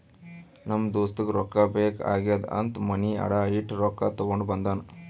ನಮ್ ದೋಸ್ತಗ ರೊಕ್ಕಾ ಬೇಕ್ ಆಗ್ಯಾದ್ ಅಂತ್ ಮನಿ ಅಡಾ ಇಟ್ಟು ರೊಕ್ಕಾ ತಗೊಂಡ ಬಂದಾನ್